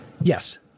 Yes